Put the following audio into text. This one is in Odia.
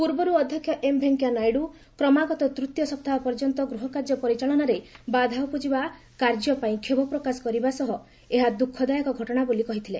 ପୂର୍ବରୁ ଅଧ୍ୟକ୍ଷ ଏମ୍ ଭେଙ୍କିୟା ନାଇଡୁ କ୍ରମାଗତ ତୂତୀୟ ସପ୍ତାହ ପର୍ଯ୍ୟନ୍ତ ଗୃହକାର୍ଯ୍ୟ ପରିଚାଳନାରେ ବାଧା ଉପୁକାଇବା କାର୍ଯ୍ୟପାଇଁ କ୍ଷୋଭ ପ୍ରକାଶ କରିବା ସହ ଏହା ଦୁଃଖଦାୟକ ଘଟଣା ବୋଲି କହିଥିଲେ